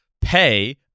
pay